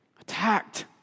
attacked